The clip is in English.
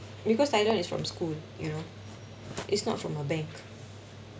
because I know it from school you know it's not from a bank